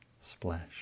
splash